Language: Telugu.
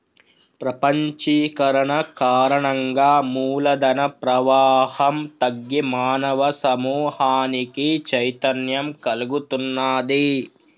ప్రపంచీకరణ కారణంగా మూల ధన ప్రవాహం తగ్గి మానవ సమూహానికి చైతన్యం కల్గుతున్నాది